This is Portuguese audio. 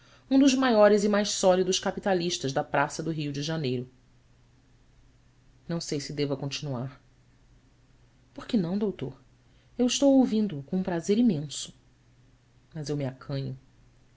um dos maiores e mais sólidos capitalistas da praça do rio de janeiro não sei se deva continuar or que não doutor eu estou ouvindo-o com um prazer imenso as eu me acanho